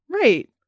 Right